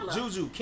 Juju